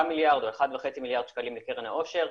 מיליארד או אחד וחצי מיליארד שקלים לקרן העושר,